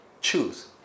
choose